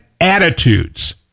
attitudes